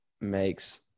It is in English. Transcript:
makes